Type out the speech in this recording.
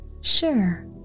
Sure